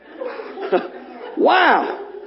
Wow